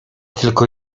tylko